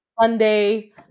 Sunday